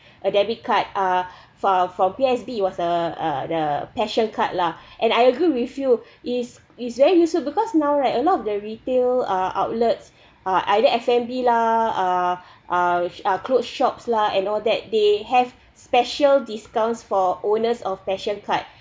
a debit card uh filed for P_O_S_B was a uh the passion card lah and I agree with you is is very useful because now right a lot of the retail uh outlets uh either f and b lah uh uh uh cloth shops lah and all that they have special discounts for owners of passion card